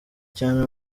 cyane